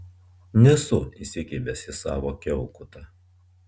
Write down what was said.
nesu įsikibęs į savo kiaukutą